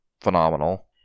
phenomenal